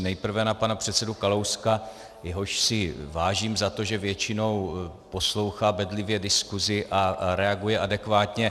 Nejprve na pana předsedu Kalouska, jehož si vážím za to, že většinou poslouchá bedlivě diskusi a reaguje adekvátně.